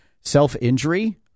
Self-injury